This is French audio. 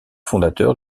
fondateur